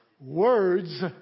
words